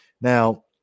Now